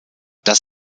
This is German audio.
das